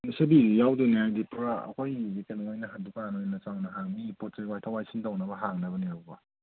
ꯌꯣꯠꯁꯕꯤꯖꯨ ꯌꯥꯎꯒꯗꯣꯏꯅꯤ ꯍꯥꯏꯕꯗꯤ ꯄꯨꯔꯥ ꯑꯩꯈꯣꯏꯒꯤꯁꯤ ꯀꯩꯅꯣ ꯑꯣꯏꯅ ꯗꯨꯀꯥꯟ ꯑꯣꯏꯅ ꯆꯥꯎꯅ ꯍꯥꯡꯒꯅꯤ ꯄꯣꯠ ꯆꯩ ꯋꯥꯏꯊꯣꯛ ꯋꯥꯏꯁꯤꯟ ꯇꯧꯅꯕ ꯍꯥꯡꯅꯕꯅꯦꯕꯀꯣ